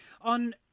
on